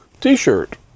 t-shirt